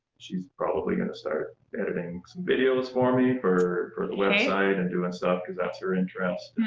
she's probably going to start editing some videos for me for for the website and doing stuff because that's her interest.